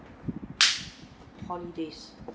holidays